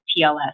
TLS